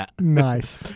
Nice